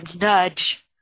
nudge